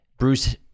Bruce